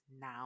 now